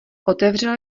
otevřel